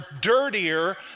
dirtier